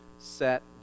set